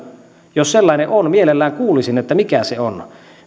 jos sellainen on mielelläni kuulisin mikä se on